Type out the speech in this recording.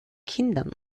kindern